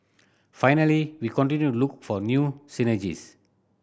finally we continue look for new synergies